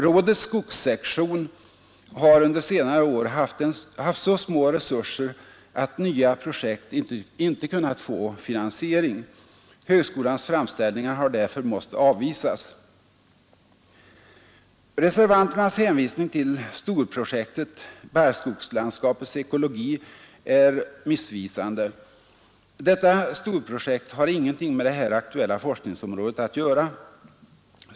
Rådets skogssektion har under senare år haft så små resurser att nya projekt inte kunnat få finansiering. Högskolans framställningar har därför måst avvisas. Reservanternas hänvisning till storprojektet ”Barrskogslandskapets ekologi” är missvisande. Detta storprojekt har ingenting med det här aktuella forskningsområdet att göra.